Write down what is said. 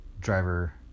driver